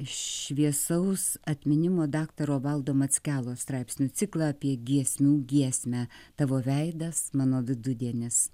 šviesaus atminimo daktaro valdo mackelos straipsnių ciklą apie giesmių giesmę tavo veidas mano vidudienis